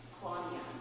Claudia